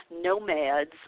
Nomads